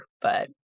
but-